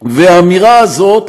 והאמירה הזאת,